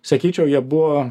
sakyčiau jie buvo